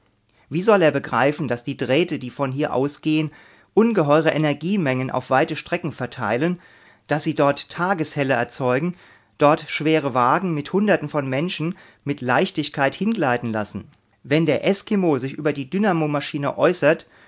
wie soll er begreifen daß die drähte die von hier ausgehen ungeheure energiemengen auf weite strecken verteilen daß sie dort tageshelle erzeugen dort schwere wagen mit hunderten von menschen mit leichtigkeit hingleiten lassen wenn der eskimo sich über die dynamomaschine äußert